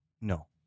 No